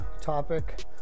topic